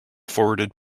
forwarded